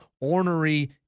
ornery